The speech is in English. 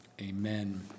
Amen